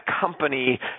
company